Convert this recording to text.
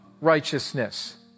righteousness